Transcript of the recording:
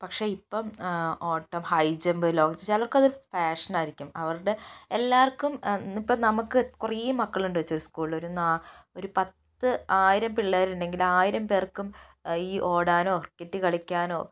പക്ഷേ ഇപ്പം ഓട്ടം ഹൈ ജമ്പ് ലോങ്ങ് ജമ്പ് ചിലർക്ക് അതൊരു പാഷൻ ആയിരിക്കും അവരുടെ എല്ലാവർക്കും ഇപ്പം നമുക്ക് കുറെ മക്കളുടെന്ന് വച്ചോ ഒരു സ്കൂളില് ഒരുനാ പത്ത് ആയിരം പിള്ളേര് ഉണ്ടെങ്കിൽ ആയിരം പേർക്കും ഈ ഓടാനോ ക്രിക്കറ്റ് കളിക്കാനോ